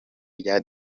rya